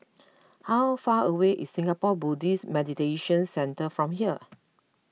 how far away is Singapore Buddhist Meditation Centre from here